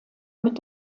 mit